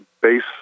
base